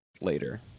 later